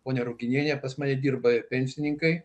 ponia ruginienė pas mane dirba pensininkai